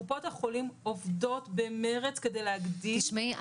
קופות החולים עובדות במרץ כדי להגדיל --- תשמעי,